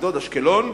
אשדוד ואשקלון,